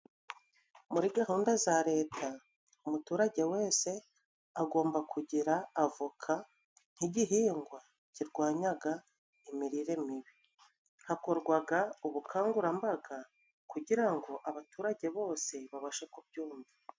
Muri gahunda za Leta, umuturage wese agomba kugira avoka, nk'igihingwa kirwanyaga imirire mibi. Hakorwaga ubukangurambaga kugira ngo abaturage bose babashe kubyumva.